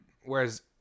Whereas